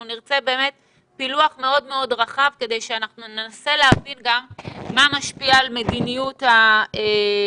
אנחנו נרצה פילוח מאוד רחב כדי שננסה להבין מה משפיע על מדיניות ההחלטות